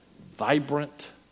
vibrant